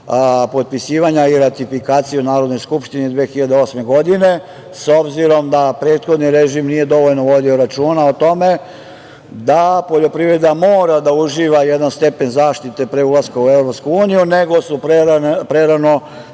i ratifikaciju u Narodnoj skupštini 2008. godine, s obzirom da prethodni režim nije dovoljno vodio računa o tome, da poljoprivreda mora da uživa jedan stepen zaštite pre ulaska u EU, nego su prerano